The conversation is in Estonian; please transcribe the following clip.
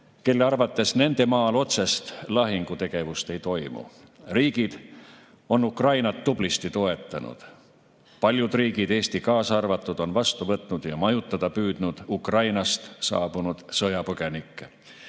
kelle arvates nende maal otsest lahingutegevust ei toimu. Riigid on Ukrainat tublisti toetanud. Paljud riigid, Eesti kaasa arvatud, on vastu võtnud ja majutada püüdnud Ukrainast saabunud sõjapõgenikke.